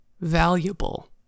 valuable